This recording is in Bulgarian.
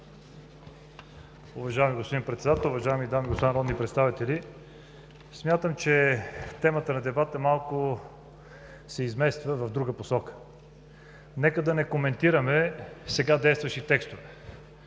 Уважаеми господин Председател, уважаеми дами и господа народни представители! Смятам, че темата на дебата се измества в друга посока. Нека да не коментираме сега действащи текстове,